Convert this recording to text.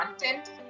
content